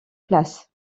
places